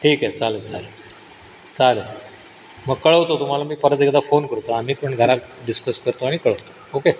ठीक आहे चालेल चालेल चालेल चालेल मग कळवतो तुम्हाला मी परत एकदा फोन करतो आम्ही पण घरात डिस्कस करतो आणि कळवतो ओके